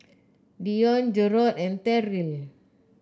Dione Jerrod and Terrill